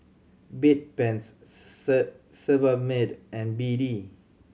Bedpans Sebamed and B D